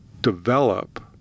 develop